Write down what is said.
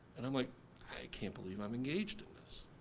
and i'm like i can't believe i'm engaged in this.